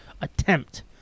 attempt